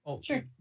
Sure